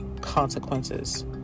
consequences